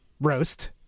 roast